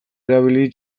erabiliz